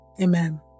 Amen